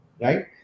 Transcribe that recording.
right